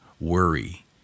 worry